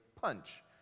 punch